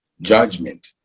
judgment